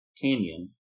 Canyon